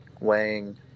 weighing